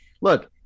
look –